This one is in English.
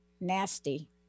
Nasty